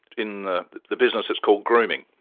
in the the business it's called grooming.